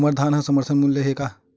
हमर धान के समर्थन मूल्य का हे?